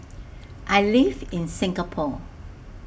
I live in Singapore